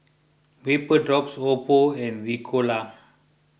Vapodrops Oppo and Ricola